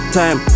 time